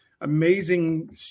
amazing